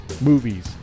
movies